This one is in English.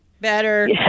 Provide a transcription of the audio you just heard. Better